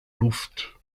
luft